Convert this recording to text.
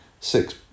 six